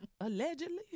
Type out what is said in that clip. Allegedly